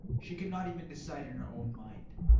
she could not even decide in her own mind.